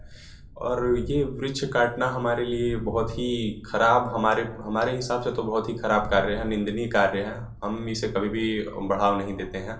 और यह वृक्ष काटना हमारे लिए बहुत ही ख़राब हमारे हमारे हिसाब से तो बहुत ही ख़राब कार्य है निंदनीय कार्य है हम इसे कभी भी बढ़ाव नहीं देते हैं